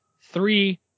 three